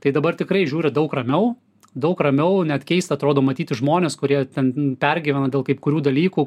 tai dabar tikrai žiūri daug ramiau daug ramiau net keista atrodo matyti žmones kurie ten pergyvena dėl kai kurių dalykų